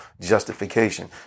justification